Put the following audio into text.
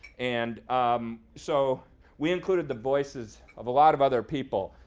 and um so we included the voices of a lot of other people,